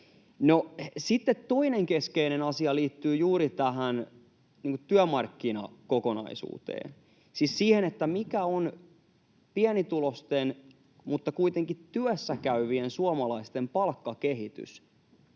sitten toinen keskeinen asia liittyy juuri tähän työmarkkinakokonaisuuteen, siis siihen, mikä on pienituloisten, mutta kuitenkin työssäkäyvien suomalaisten palkkakehitys,